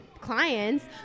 clients